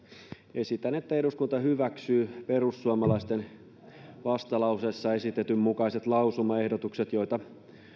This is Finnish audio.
esitän että eduskunta hyväksyy perussuomalaisten vastalauseessa esitetyn mukaiset lausumaehdotukset joita